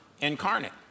Incarnate